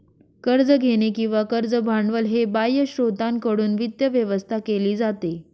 कर्ज घेणे किंवा कर्ज भांडवल हे बाह्य स्त्रोतांकडून वित्त व्यवस्था केली जाते